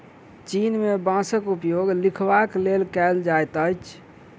चीन में बांसक उपयोग लिखबाक लेल कएल जाइत अछि